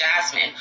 Jasmine